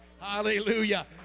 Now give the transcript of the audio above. hallelujah